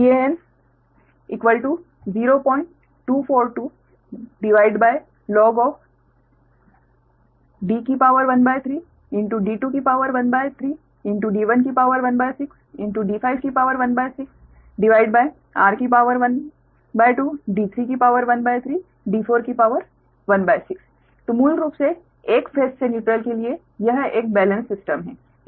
Can00242D13 d213 d116 d516r12 d313 d416 तो मूल रूप से एक फेस से न्यूट्रल के लिए यह एक बेलेन्स्ड सिस्टम है